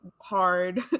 hard